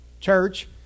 church